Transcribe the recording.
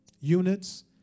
units